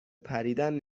پریدن